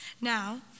Now